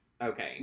Okay